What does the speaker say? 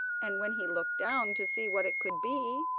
and when he looked down to see what it could be,